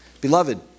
Beloved